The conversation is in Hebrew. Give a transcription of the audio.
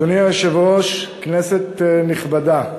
אדוני היושב-ראש, כנסת נכבדה,